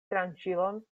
tranĉilon